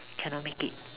cannot make it